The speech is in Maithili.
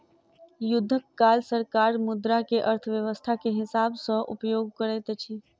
युद्धक काल सरकार मुद्रा के अर्थव्यस्था के हिसाब सॅ उपयोग करैत अछि